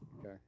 Okay